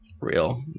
real